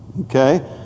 Okay